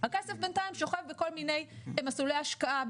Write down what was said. הכסף בינתיים שוכב בכל מיני מסלולי השקעה.